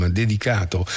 dedicato